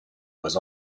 was